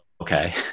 Okay